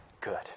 good